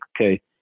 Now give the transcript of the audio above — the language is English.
okay